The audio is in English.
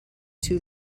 too